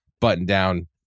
button-down